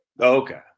Okay